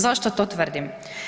Zašto to tvrdim?